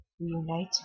reunite